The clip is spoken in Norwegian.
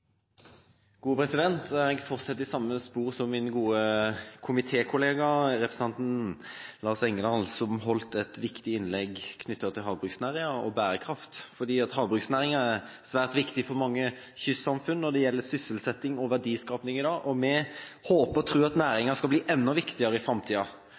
gode komitékollega, representanten Lars Egeland, som holdt et viktig innlegg knyttet til havbruksnæringen og bærekraft. Havbruksnæringen er svært viktig for mange kystsamfunn når det gjelder sysselsetting og verdiskaping i dag, og vi håper og tror at næringen skal bli enda viktigere i